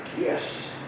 Yes